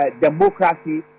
democracy